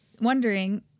wondering